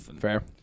Fair